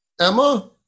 Emma